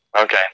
Okay